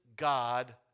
God